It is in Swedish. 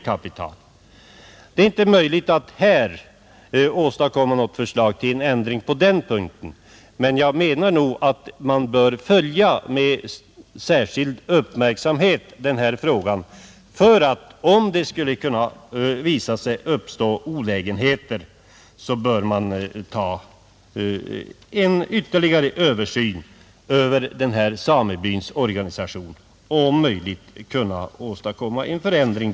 Jag kan här inte lägga fram något ändringsförslag på den punkten men anser att man bör följa denna fråga med uppmärksamhet, och om det visar sig att det uppstår olägenheter bör en ytterligare översyn av samebyns organisation göras för att åstadkomma en ändring.